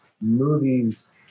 movies